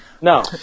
No